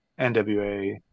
NWA